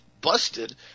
busted